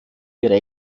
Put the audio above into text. ihre